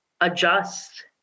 adjust